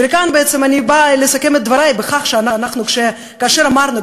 וכאן אני באה לסכם את דברי ולומר שכאשר אמרנו,